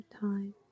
time